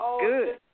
good